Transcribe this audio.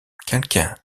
quelqu’un